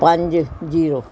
ਪੰਜ ਜੀਰੋ